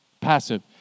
passive